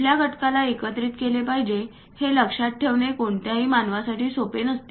कुठल्या घटकाला एकत्रित केले पाहिजे हे लक्षात ठेवणे कोणत्याही मानवासाठी सोपे नसते